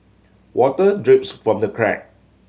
water drips from the crack